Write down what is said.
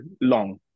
long